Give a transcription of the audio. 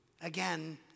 Again